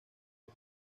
los